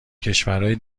کشورهای